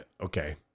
Okay